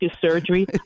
surgery